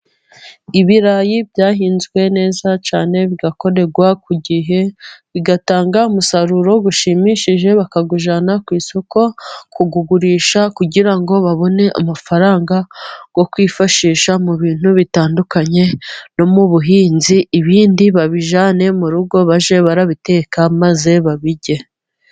Ibirayi byahinzwe neza cyane bigakorerwa ku gihe, bigatanga umusaruro ushimishije; bakawujyana ku isoko kuwugurisha kugira ngo babone amafaranga yo kwifashisha mu bintu bitandukanye, no mu buhinzi; ibindi babijyane mu rugo bajye barabiteka babirye.